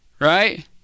Right